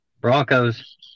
Broncos